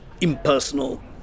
impersonal